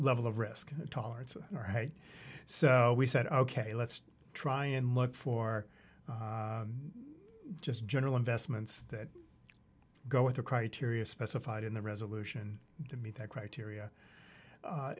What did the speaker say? level of risk tolerance right so we said ok let's try and look for just general investments that go with the criteria specified in the resolution to meet that criteria